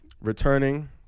returning